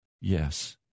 Yes